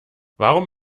warum